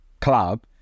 club